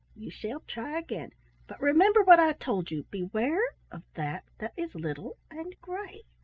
you shall try again but remember what i told you, beware of that that is little and gray,